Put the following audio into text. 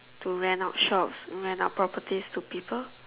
to rent out shops rent out properties to people